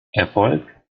erfolg